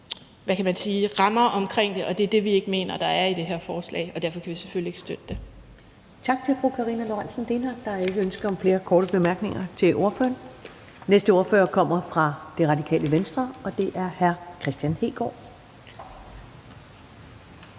rammer omkring det, og det er det, vi ikke mener der er i det her forslag, og derfor kan vi selvfølgelig ikke støtte det. Kl. 17:36 Første næstformand (Karen Ellemann): Tak til fru Karina Lorentzen Dehnhardt. Der er ikke ønsker om flere korte bemærkninger til ordføreren. Næste ordfører kommer fra Det Radikale Venstre, og det er hr. Kristian Hegaard.